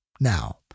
Now